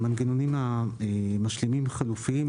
ועם המנגנונים המשלימים החלופיים,